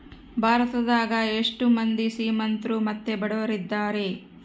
ಭಾರತದಗ ಎಷ್ಟ ಮಂದಿ ಶ್ರೀಮಂತ್ರು ಮತ್ತೆ ಬಡವರಿದ್ದಾರೆ?